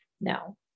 no